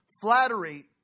Flattery